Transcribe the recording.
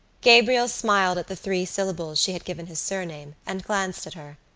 gabriel smiled at the three syllables she had given his surname and glanced at her.